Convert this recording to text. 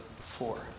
four